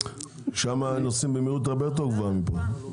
שם נוסעים במהירות הרבה יותר גבוהה מאשר כאן.